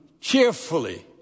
cheerfully